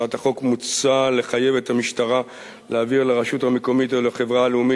בהצעת החוק מוצע לחייב את המשטרה להעביר לרשות המקומית או לחברה הלאומית